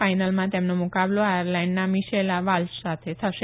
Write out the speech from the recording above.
ફાઈનલમાં તેમનો મુકાબલો આયર્લેન્ડના મિશેલા વાલ્શ સાથે થશે